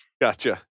Gotcha